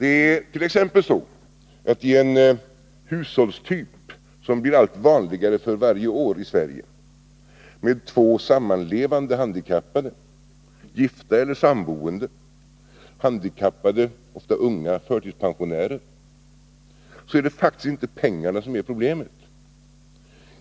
T. ex. när det gäller en hushållstyp som i Sverige blir allt vanligare för varje år — två sammanlevande handikappade, gifta eller samboende, ofta unga förtidspensionärer — är det faktiskt inte pengarna som är problemet.